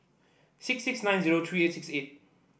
six six nine zero three eight six eight